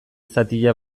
zatia